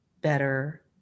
better